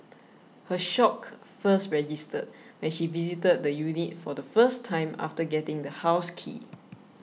her shock first registered when she visited the unit for the first time after getting the house key